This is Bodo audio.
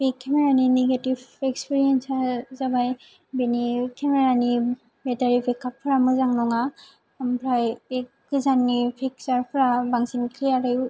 बेथिङाव निगेटिभ एक्सपिरियेन्स आ जाबाय बेनि केमेरानि बेटारि बेकआपफ्रा मोजां नङा ओमफ्राय बे गोजाननि पिक्चारफ्रा बांसिन क्लियारियै